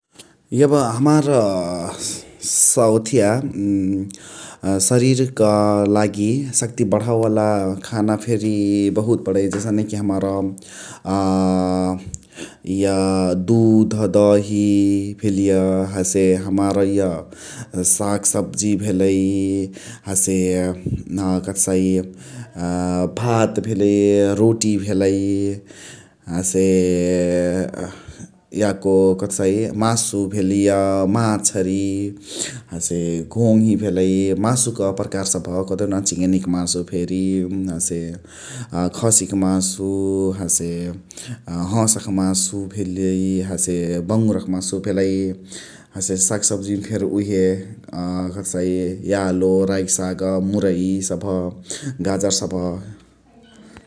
एब हमार ओथिय शरिरक लागी शक्ती बण्हावके वाला खाना फेरी बहुत बणै । जसने कि हमार अ इअ दुध, दही भेलिय । हसे हमार इअ साग सब्जी भेलइ । हसे कथी कहसाइ अ भात भेलइ, रोटी भेलइ । हसे याको कथी कहसाइ मासु भेलइ । इअ माछरि, हसे घोङ्ही भेलइ । मासुक पार्कआर सबह कदेउन न चिङनी क मासु फेरि, अ हसे खसी क मासु हसे अ हसक मासु भेलइ । हसे बाङ्गुर क मासु भेलइ । हसे साग सब्जी फेर उहे अ कथी कहसाइ यालो, राइक साग्, मुरइ सबह्, गाजर सबह ।